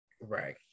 right